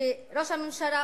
שראש הממשלה